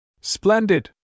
Splendid